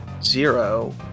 zero